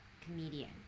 comedian